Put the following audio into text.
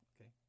Okay